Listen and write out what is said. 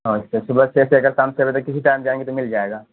اچھا صبح چھ سے اگر شام چھ بجے کسی ٹائم بھی آائیں گے تو مل جائے گا